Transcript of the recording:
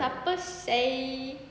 siapa seh